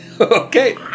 Okay